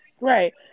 Right